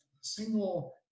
single